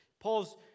Paul's